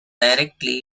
directly